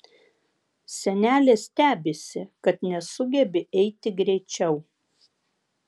senelė stebisi kad nesugebi eiti greičiau